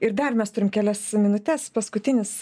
ir dar mes turim kelias minutes paskutinis